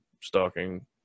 stalking